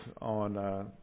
on